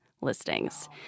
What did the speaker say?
listings